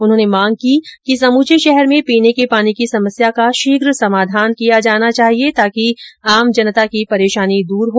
उन्होंने मांग की कि समूचे शहर में पीने को पानी की समस्या का शीघ्र समाधान किया जाना चाहिए ताकि आम जनता की परेशानी दूर हो